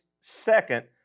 second